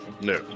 No